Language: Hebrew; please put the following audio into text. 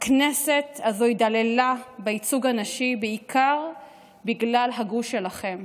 והכנסת הזו התדלדלה בייצוג הנשי בעיקר בגלל הגוש שלכם,